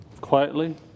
quietly